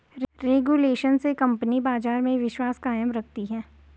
regulation से company बाजार में विश्वास कायम रखती है